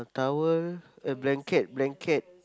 towel a blanket blanket